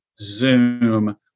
Zoom